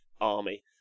army